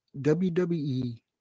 WWE